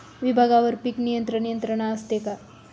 विभागवार पीक नियंत्रण यंत्रणा असते का?